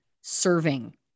serving